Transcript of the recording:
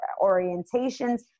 orientations